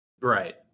Right